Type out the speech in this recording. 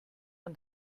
man